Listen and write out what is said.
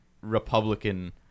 Republican